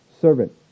servant